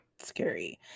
scary